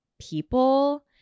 people